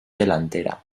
delantera